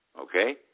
okay